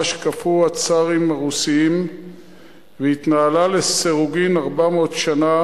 שכפו הצארים הרוסים והתנהלה לסירוגין 400 שנה,